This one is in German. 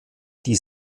die